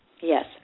yes